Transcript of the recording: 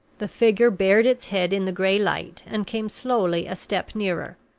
the figure bared its head in the gray light, and came slowly a step nearer.